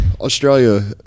Australia